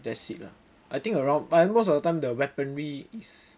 that's it lah I think around but most of the time the weaponry is